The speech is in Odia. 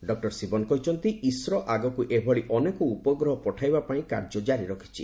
ଡକୁର ଶିବନ୍ କହିଛନ୍ତି ଇସ୍ରୋ ଆଗକୁ ଏଭଳି ଅନେକ ଉପଗ୍ରହ ପଠାଇବା ପାଇଁ କାର୍ଯ୍ୟ ଜାରି ରଖିଛି